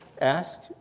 Ask